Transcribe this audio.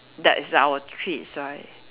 that is our treats right